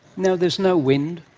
no, there's no wind.